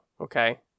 okay